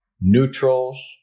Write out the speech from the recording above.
neutrals